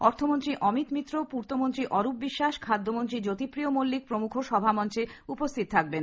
অর্থমন্ত্রী অমিত মিত্র পুর্তমন্ত্রী অরূপ বিশ্বাস খাদ্য মন্ত্রী জ্যোতিপ্রিয় মল্লিক প্রমুখ সভামঞ্চে উপস্হিত থাকবেন